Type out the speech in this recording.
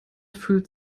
fühlt